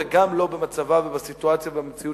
וגם לא במצב ובסיטואציה ובמציאות